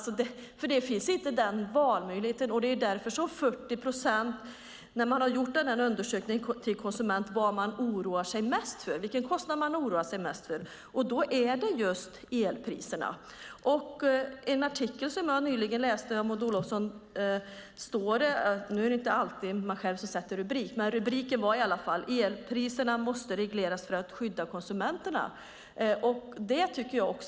Hon har inte valmöjligheter. Det har gjorts en undersökning bland konsumenter om vilken kostnad de oroar sig mest för. Det är just elpriserna. I en artikel som jag nyligen läste av Maud Olofsson - nu är det inte alltid en själv som sätter rubriken - var rubriken "Elpriserna måste regleras för att skydda konsumenterna". Det tycker jag också.